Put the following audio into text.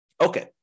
Okay